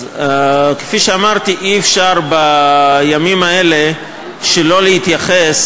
כפי שאמרתי, אי-אפשר בימים האלה שלא להתייחס